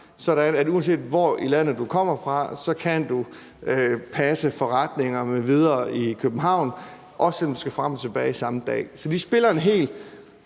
at uanset hvor i landet du kommer fra, kan du passe forretninger m.v. i København, også selv om du skal frem og tilbage samme dag. Så de spiller en helt